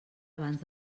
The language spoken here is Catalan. abans